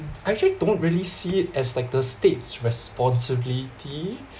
I actually I don't really see it as like the state's responsibility